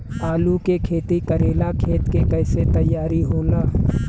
आलू के खेती करेला खेत के कैसे तैयारी होला?